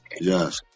Yes